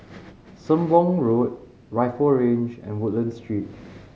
Sembong Road Rifle Range and Woodlands Street